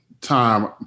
time